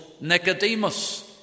Nicodemus